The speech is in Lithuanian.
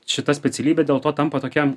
šita specialybė dėl to tampa tokia